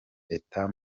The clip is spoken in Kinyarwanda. etat